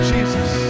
Jesus